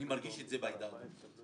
אני מרגיש את זה בעדה הדרוזית,